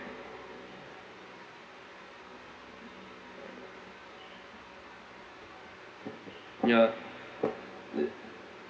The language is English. ya the